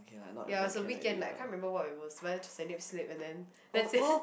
ya it's a weekend like I can't remember what I wore but it's a nip slip and then that day